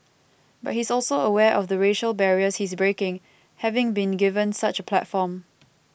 but he's also aware of the racial barriers he's breaking having been given such a platform